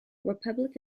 republic